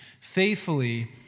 faithfully